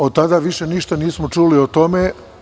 Od tada više ništa nismo čuli o tome.